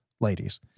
ladies